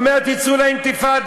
הוא אומר: תצאו לאינתיפאדה.